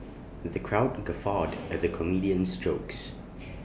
the crowd guffawed at the comedian's jokes